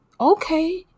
Okay